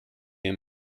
him